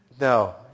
No